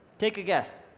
take a guess.